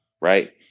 Right